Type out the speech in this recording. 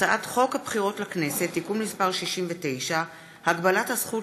הצעת חוק הבחירות לכנסת (תיקון מס' 69) (הגבלת הזכות